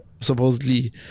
supposedly